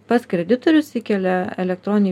pats kreditorius įkelia elektroninį